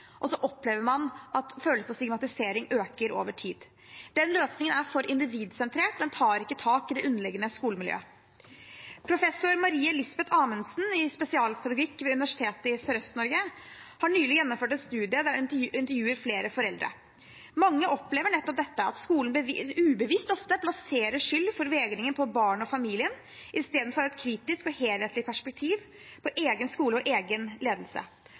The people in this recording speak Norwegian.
og så opplever man at følelsen av stigmatisering øker over tid. Den løsningen er for individsentrert. Den tar ikke tak i det underliggende skolemiljøet. Professor Marie-Lisbet Amundsen i spesialpedagogikk ved Universitetet i Sørøst-Norge har nylig gjennomført en studie der hun intervjuer flere foreldre. Mange opplever nettopp dette, at skolen ubevisst ofte plasserer skyld for vegringen på barnet og familien i stedet for å ha et kritisk og helhetlig perspektiv på egen skole og egen ledelse.